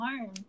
arm